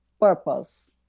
purpose